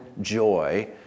joy